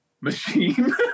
machine